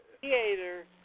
theater